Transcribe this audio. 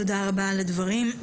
תודה רבה על הדברים.